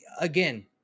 again